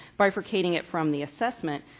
bifurcating it from the assessment,